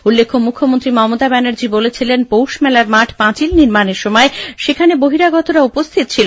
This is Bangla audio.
উল্লেখ্য মুখ্যমন্ত্রী মমতা ব্যানার্জী বলেছিলেন পৌষ মেলার মাঠ পাঁচিল নির্মাণের সময় সেখানে বহিরাগতরা উপস্হিত ছিল